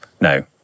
No